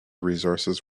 resources